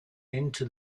into